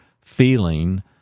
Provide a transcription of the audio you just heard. feeling